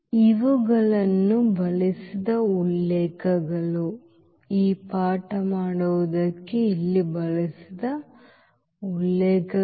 ಇವುಗಳನ್ನು ಬಳಸಿದ ಉಲ್ಲೇಖಗಳು